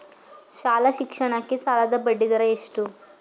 ಶಾಲಾ ಶಿಕ್ಷಣಕ್ಕೆ ಸಾಲದ ಬಡ್ಡಿದರ ಎಷ್ಟು?